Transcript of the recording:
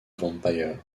vampire